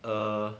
err